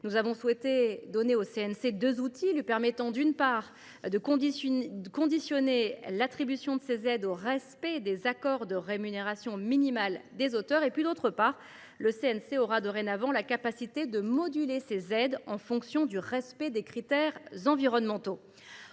Nous avons souhaité donner au CNC deux outils, qui lui permettront, d’une part, de conditionner l’attribution de ses aides au respect des accords de rémunération minimale des auteurs et, d’autre part, de moduler ses aides en fonction du respect des critères environnementaux.